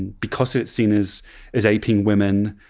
and because it's seen as as aping women.